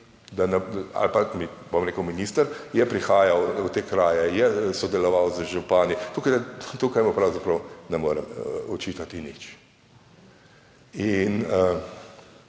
ali pa bom rekel, minister je prihajal v te kraje, je sodeloval z župani tukaj, da tukaj mu pravzaprav ne morem očitati nič.